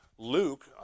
Luke